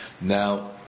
now